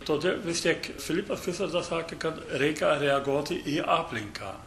todėl vis tiek filipas visada sakė kad reikia reaguoti į aplinką